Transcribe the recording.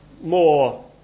more